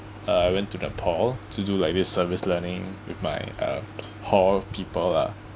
uh I went to nepal to do like this service learning with my uh hall people lah